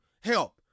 help